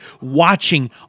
watching